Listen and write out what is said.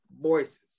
Voices